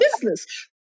business